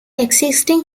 existing